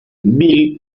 bill